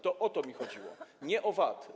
To o to mi chodziło, nie o VAT.